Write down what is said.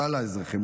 כלל האזרחים,